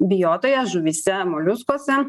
bijotoje žuvyse moliuskuose